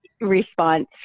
response